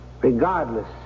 Regardless